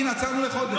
הינה, עצרנו לחודש.